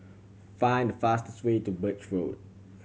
find the fastest way to Birch Road